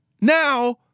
Now